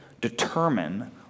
determine